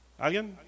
¿Alguien